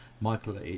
Michael